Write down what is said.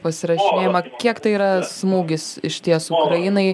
pasirašinėjama kiek tai yra smūgis išties ukrainai